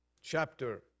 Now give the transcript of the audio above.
chapter